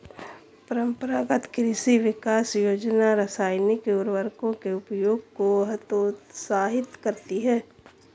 परम्परागत कृषि विकास योजना रासायनिक उर्वरकों के उपयोग को हतोत्साहित करती है